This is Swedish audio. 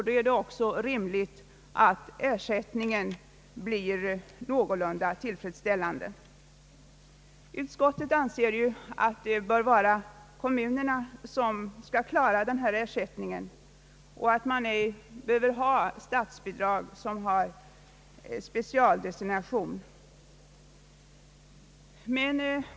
Det är då också rimligt att ersättningen blir någorlunda tillfredsställande. Utskottet anser att kommunerna bör klara denna ersättning och att man ej behöver ha ett statsbidrag med specialdestination.